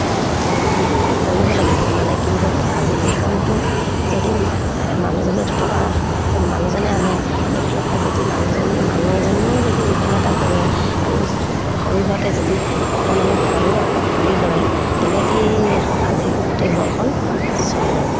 কৰিব লাগিব মানে কি হ'ল আজি ইনকমটো যদি মানুহজনীয়ে দুটকা মানুহজনে আনে এফালৰপৰা যদি মানুহজনী মানুহজনীয়েও যদি ইনকম এটা কৰে আৰু সৰু সুৰাকৈ যদি অকণমানি দোকানো এখন খুলি লয় তেনেকৈয়ে আজি গোটেই ঘৰখন চলি যাব